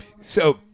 So-